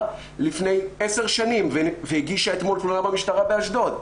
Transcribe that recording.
לפני עשר שנים והגישה אתמול תלונה במשטרה באשדוד.